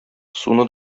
суны